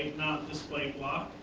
not display block?